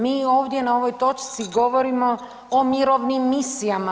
Mi ovdje na ovoj točci govorimo o mirovnim misijama.